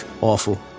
awful